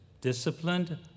disciplined